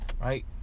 Right